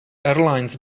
airlines